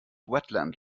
wetland